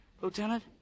Lieutenant